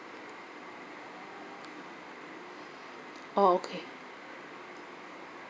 oh okay